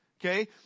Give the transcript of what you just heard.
okay